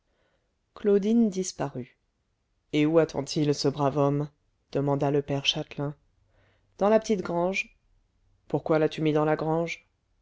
claudine disparut et où attend il ce brave homme demanda le père châtelain dans la petite grange pourquoi l'as-tu mis dans la grange